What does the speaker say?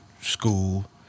school